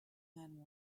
man